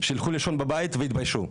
שילכו לישון בבית ויתביישו,